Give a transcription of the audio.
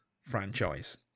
franchise